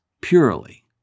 purely